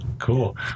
Cool